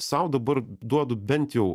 sau dabar duodu bent jau